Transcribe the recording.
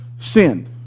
sinned